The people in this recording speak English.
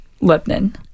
Lebanon